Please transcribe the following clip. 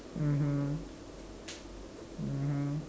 mmhmm mmhmm